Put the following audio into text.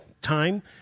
time